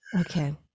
Okay